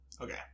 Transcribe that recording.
Okay